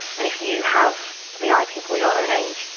and if you have vi people your own age,